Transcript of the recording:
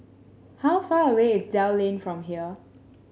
how far away is Dell Lane from here